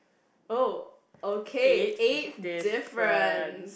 oh okay eighth difference